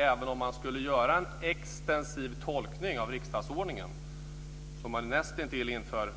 Även om man skulle göra en extensiv tolkning av riksdagsordningen, så att man näst intill genomför